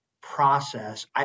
process